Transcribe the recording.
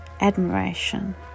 admiration